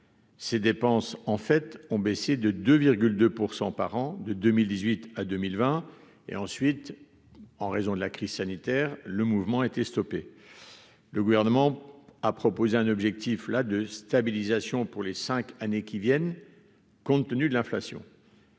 ces dépenses en fait ont baissé de, de 2 % par an de 2018 à 2020 et ensuite en raison de la crise sanitaire, le mouvement a été stoppé le gouvernement à proposer un objectif là de stabilisation pour les 5 années qui viennent, compte tenu de l'inflation.